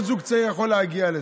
כל זוג צעיר יכול להגיע לזה.